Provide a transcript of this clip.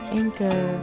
anchor